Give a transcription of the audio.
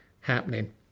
happening